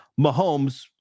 Mahomes